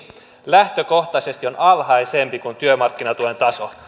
lähtökohtaisesti on alhaisempi kuin työmarkkinatuen taso